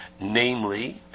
Namely